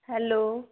hello